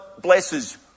blesses